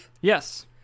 Yes